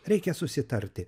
reikia susitarti